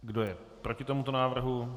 Kdo je proti tomuto návrhu?